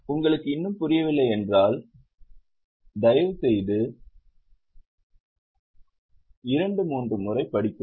உங்களுக்கு இன்னும் புரியவில்லை என்றால் தயவுசெய்து இரண்டு மூன்று முறை படிக்கவும்